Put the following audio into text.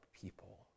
people